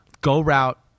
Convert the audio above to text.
go-route